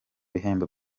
ibihembo